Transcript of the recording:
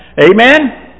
amen